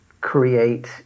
create